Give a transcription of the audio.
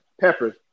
Peppers